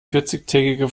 vierzigtägige